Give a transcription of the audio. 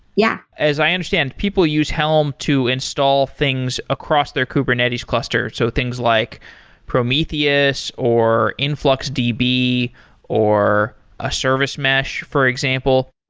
yeah as i understand, people use helm to install things across their kubernetes cluster. so things like prometheus or influx db or a service mesh, for example.